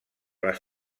les